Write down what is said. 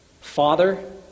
father